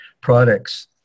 products